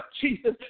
Jesus